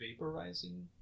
vaporizing